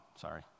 Sorry